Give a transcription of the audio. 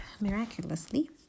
miraculously